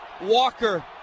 Walker